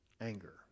anger